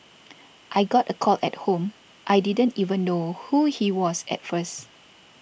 I got a call at home I didn't even know who he was at first